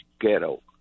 ghetto